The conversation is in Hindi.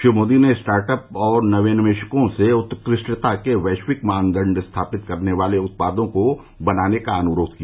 श्री मोदी ने स्टार्टअप और नयोन्मेषकों से उत्कृष्टता के वैश्विक मानदंड स्थापित करने वाले उत्पादों को बनाने का अनुरोध किया